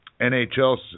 NHL